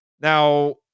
Now